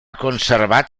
conservat